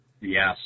Yes